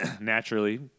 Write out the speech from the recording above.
naturally